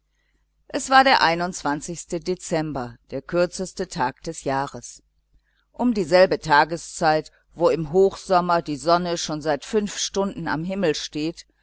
es war der dezember der kürzeste tag des jahres um dieselbe tageszeit wo im hochsommer die sonne schon seit fünf stunden am himmel steht